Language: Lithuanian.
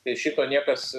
ir šito niekas